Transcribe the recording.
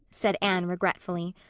said anne regretfully,